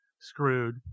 Screwed